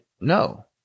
No